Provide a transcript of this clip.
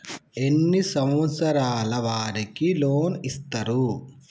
ఎన్ని సంవత్సరాల వారికి లోన్ ఇస్తరు?